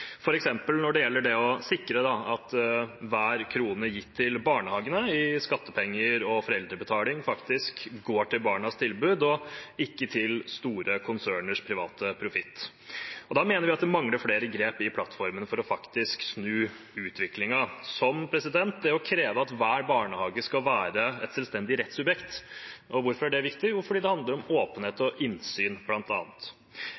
når det gjelder å sikre at hver krone som er gitt til barnehagene i skattepenger og foreldrebetaling, faktisk går til barnas tilbud og ikke til store konserners private profitt. Der mener vi at det mangler flere grep i plattformen for faktisk å snu utviklingen, som å kreve at hver barnehage skal være et selvstendig rettssubjekt. Hvorfor er det viktig? Jo, det handler bl.a. om åpenhet